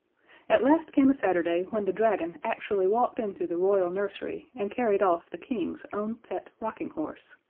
at last came a saturday when the dragon actually walked into the royal nursery and carried off the king's own pet rocking horse.